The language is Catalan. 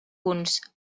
punts